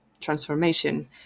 transformation